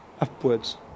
upwards